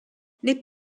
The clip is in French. les